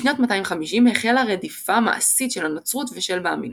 בשנת 250 התחילה רדיפה מעשית של הנצרות ושל מאמיניה.